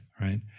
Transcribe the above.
Right